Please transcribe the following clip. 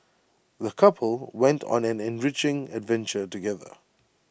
the couple went on an enriching adventure together